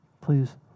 Please